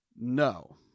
No